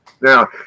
Now